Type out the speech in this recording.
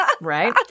Right